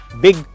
big